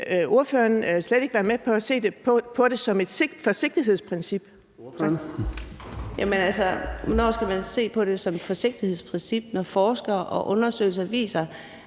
hvornår skal man se på det som et forsigtighedsprincip, når forskere siger og undersøgelser viser,